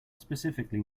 specifically